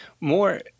more